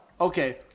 okay